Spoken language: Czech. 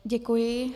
Děkuji.